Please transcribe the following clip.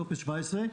טופס 17,